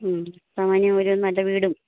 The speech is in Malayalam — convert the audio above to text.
മ്മ് സാമാന്യം ഒരു നല്ല വീടും